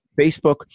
Facebook